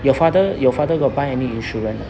your father your father got buy any insurance